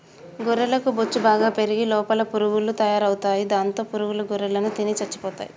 గొర్రెలకు బొచ్చు బాగా పెరిగి లోపల పురుగులు తయారవుతాయి దాంతో పురుగుల గొర్రెలను తిని చచ్చిపోతాయి